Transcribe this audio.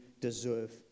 deserve